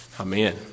Amen